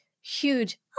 huge